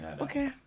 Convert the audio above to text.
Okay